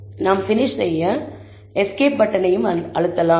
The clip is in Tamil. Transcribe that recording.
நாம் பினிஷ் செய்ய எஸ்கேப் பட்டனையும் அழுத்தலாம்